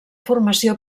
formació